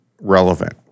relevant